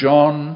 John